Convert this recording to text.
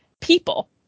people